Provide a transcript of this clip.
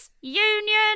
union